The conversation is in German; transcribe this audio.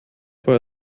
vor